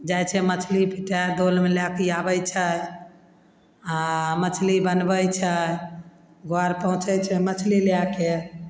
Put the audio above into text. जाय छै मछली पीटय दोलमे लएके आबय छै आओर मछली बनबय छै घर पहुँचय छै मछली लएके